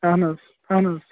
اَہَن حظ اَہَن حظ